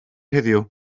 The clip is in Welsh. heddiw